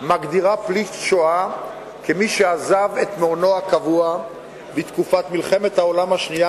מגדירה פליט השואה כמי שעזב את מעונו הקבוע בתקופת מלחמת העולם השנייה,